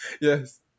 Yes